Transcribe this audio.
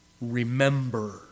Remember